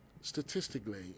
statistically